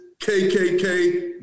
KKK